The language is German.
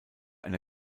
eine